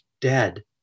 dead